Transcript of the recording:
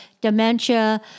dementia